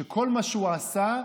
שכל מה שהוא עשה,